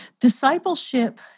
discipleship